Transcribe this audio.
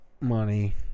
Money